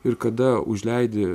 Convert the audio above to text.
ir kada užleidi